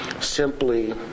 simply